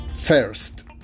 first